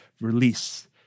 release